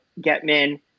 Getman